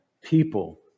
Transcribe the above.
people